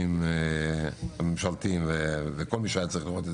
שעליו נדון עכשיו.